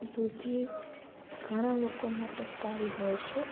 દૂધી ઘણાં લોકો માટે સારી હોય છે